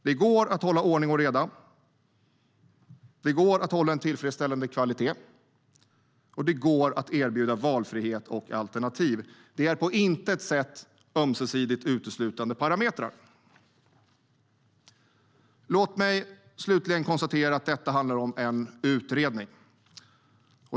Det går att hålla ordning och reda, det går att hålla en tillfredsställande kvalitet och det går att erbjuda valfrihet och alternativ. Det är på intet sätt ömsesidigt uteslutande parametrar. Låt mig slutligen konstatera att detta handlar om en utredning.